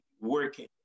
working